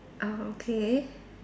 oh okay